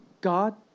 God